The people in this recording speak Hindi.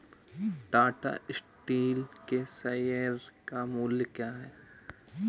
टाटा स्टील के शेयर का मूल्य क्या है?